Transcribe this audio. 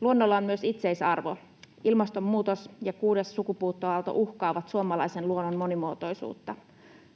Luonnolla on myös itseisarvo. Ilmastonmuutos ja kuudes sukupuuttoaalto uhkaavat suomalaisen luonnon monimuotoisuutta.